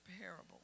parable